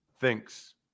thinks